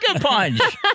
punch